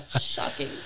Shocking